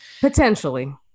Potentially